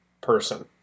person